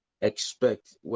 expect